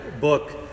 book